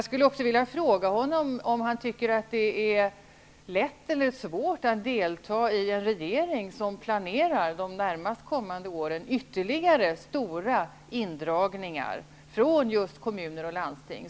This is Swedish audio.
Tycker Jerzy Einhorn att det är lätt eller svårt att delta i en regering som planerar de närmast kommande åren ytterligare stora indragningar från kommuner och landsting?